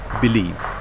believe